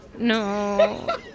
no